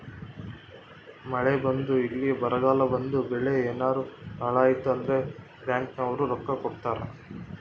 ಮಳೆ ಬಂದು ಇಲ್ಲ ಬರಗಾಲ ಬಂದು ಬೆಳೆ ಯೆನಾರ ಹಾಳಾಯ್ತು ಅಂದ್ರ ಬ್ಯಾಂಕ್ ನವ್ರು ರೊಕ್ಕ ಕೊಡ್ತಾರ